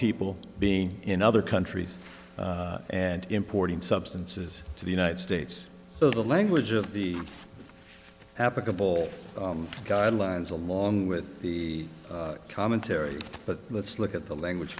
people being in other countries and importing substances to the united states the language of the applicable guidelines along with the commentary but let's look at the language